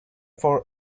for